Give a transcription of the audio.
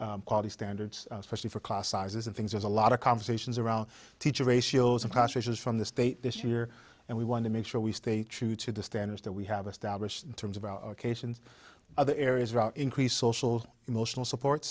standards quality standards especially for class sizes and things there's a lot of conversations around teacher ratios and passages from the state this year and we want to make sure we stay true to the standards that we have established in terms of our case in other areas about increased social emotional support